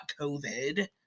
COVID